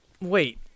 Wait